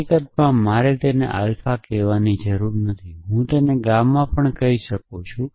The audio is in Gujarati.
હકીકતમાં મારે તેને આલ્ફા કહેવાની જરૂર નથી હું તેને ગામા કહી શકું